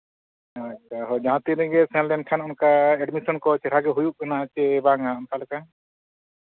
ᱦᱳᱭ ᱟᱪᱪᱷᱟ ᱡᱟᱦᱟᱸ ᱛᱤᱱ ᱜᱮ ᱥᱮᱱ ᱞᱮᱱᱠᱷᱟᱱ ᱚᱱᱠᱟ ᱮᱰᱢᱤᱥᱮᱱ ᱠᱚ ᱪᱮᱦᱨᱟ ᱜᱮ ᱦᱩᱭᱩᱜ ᱠᱟᱱᱟ ᱪᱮ ᱵᱟᱝᱟ ᱚᱱᱠᱟ ᱞᱮᱠᱟ